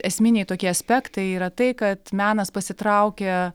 esminiai tokie aspektai yra tai kad menas pasitraukė